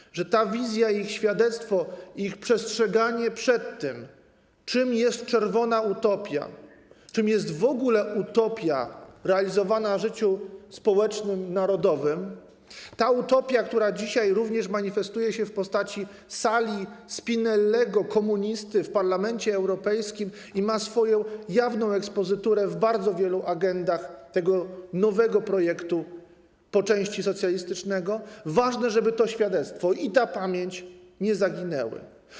Ważne, żeby ta wizja i ich świadectwo, ich przestrzeganie przed tym, czym jest czerwona utopia, czym jest w ogóle utopia realizowana w życiu społecznym, narodowym, ta utopia, która dzisiaj również manifestuje się w postaci sali Spinellego, komunisty, w Parlamencie Europejskim i ma swoją jawną ekspozyturę w bardzo wielu agendach tego nowego projektu po części socjalistycznego, jak również ta pamięć nie zaginęły.